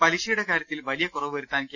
പലിശയുടെ കാരൃത്തിൽ വലിയ കുറവ് വരുത്താൻ കെ